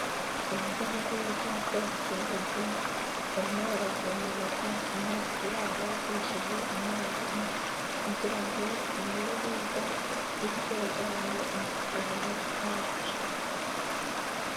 Urujya n'uruza bw'abaturage, barimo baravomerera imyaka yabo bakoresheje amazi kugira ngo umere neza, bityo bazabone umusaruro uhagije.